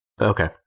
Okay